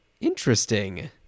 Interesting